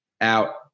out